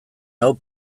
nau